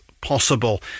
possible